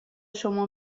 شما